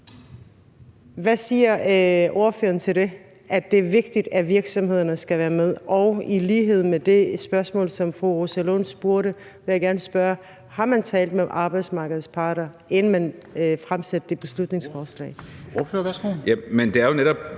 Hvad siger ordføreren til det, altså at det er vigtigt, at virksomhederne skal være med? Og i lighed med det spørgsmål, som fru Rosa Lund stillede, vil jeg gerne spørge: Har man talt med arbejdsmarkedets parter, inden man fremsatte det her beslutningsforslag? Kl. 20:11 Formanden